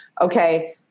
Okay